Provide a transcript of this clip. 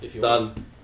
Done